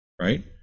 right